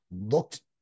looked